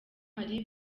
marie